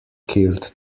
killed